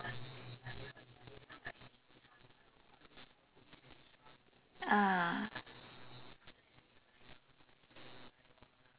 ah